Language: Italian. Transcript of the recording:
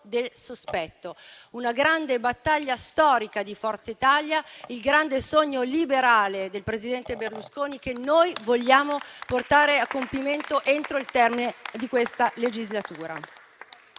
del sospetto. Una grande battaglia storica di Forza Italia, il grande sogno liberale del presidente Berlusconi, che noi vogliamo portare a compimento entro il termine di questa legislatura.